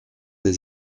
des